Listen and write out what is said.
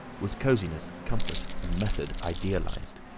was cosiness, comfort, and method idealised.